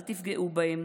אל תפגעו בהם,